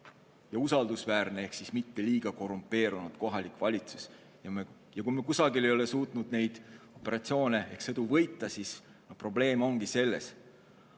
ja usaldusväärne ehk mitte liiga korrumpeerunud kohalik valitsus. Ja kui me kusagil ei ole suutnud neid operatsioone ehk sõdu võita, siis probleem ongi selles.